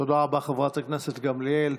תודה רבה, חברת הכנסת גמליאל.